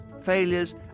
failures